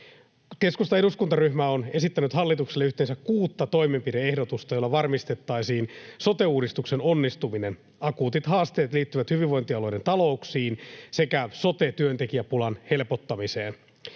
Keskustan eduskuntaryhmä on esittänyt hallitukselle yhteensä kuutta toimenpide-ehdotusta, joilla varmistettaisiin sote-uudistuksen onnistuminen. Akuutit haasteet liittyvät hyvinvointialueiden talouksiin sekä sote-työntekijäpulan helpottamiseen.